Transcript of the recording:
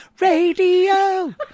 radio